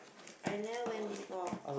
I never went before